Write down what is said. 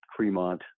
Cremont